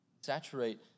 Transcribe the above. saturate